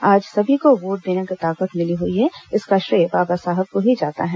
आज सभी को वोट देने की ताकत मिली हुई है तो इसका श्रेय बाबा साहब को ही जाता है